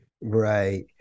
right